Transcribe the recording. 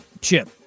Chip